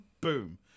Boom